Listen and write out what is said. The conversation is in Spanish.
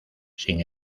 sin